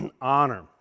honor